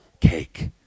cake